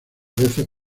veces